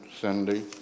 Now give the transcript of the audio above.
Cindy